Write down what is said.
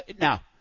Now